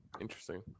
Interesting